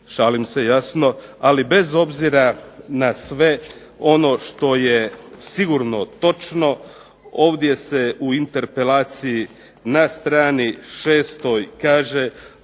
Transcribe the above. šalim se jasno. Ali bez obzira na sve ono što je sigurno točno ovdje se u interpelaciji na strani šestoj kaže